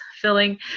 filling